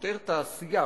שתיאר תעשייה,